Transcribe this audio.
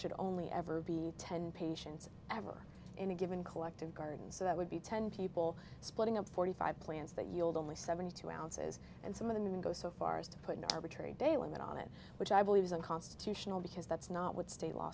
should only ever be ten patients ever in a given collective garden so that would be ten people splitting up forty five plants that yield only seventy two ounces and some of them go so far as to put an arbitrary date with that on it which i believe is unconstitutional because that's not what state law